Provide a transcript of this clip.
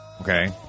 Okay